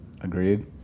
Agreed